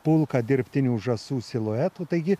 pulką dirbtinių žąsų siluetų taigi